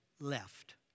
Left